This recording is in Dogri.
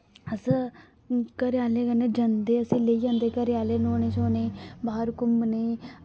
अस घरे आह्ले कन्नै जंदे असें लेई जंदे घरे आह्ले नौह्ने शोने बाह्र घुम्मने